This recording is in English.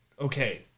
Okay